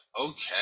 Okay